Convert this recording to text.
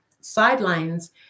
sidelines